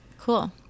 Cool